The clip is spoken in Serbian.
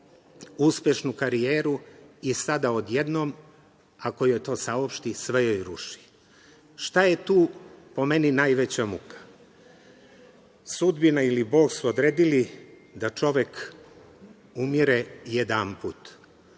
uspešnu karijeru i sada odjednom, ako joj to saopšti sve joj ruši. Šta je tu, po meni, najveća muka? Sudbina ili Bog su odredili da čovek umire jedanput,